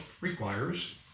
requires